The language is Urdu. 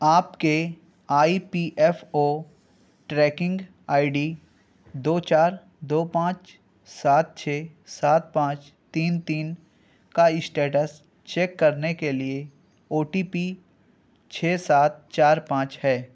آپ کے I P F O tracking I D دو چار دو پانچ سات چھ سات پانچ تین تین کا اسٹیٹس چیک کرنے کے لیے او ٹی پی چھ سات چار پانچ ہے